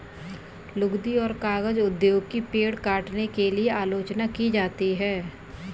लुगदी और कागज उद्योग की पेड़ काटने के लिए आलोचना की जाती है